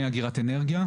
למתקני אגירת אנרגיה,